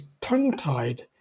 tongue-tied